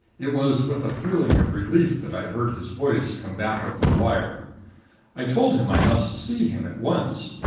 it was with a feeling of relief that i heard his voice come back over the wire i told him i must see him at once.